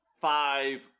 five